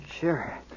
Sure